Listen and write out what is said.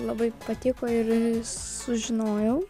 labai patiko ir sužinojau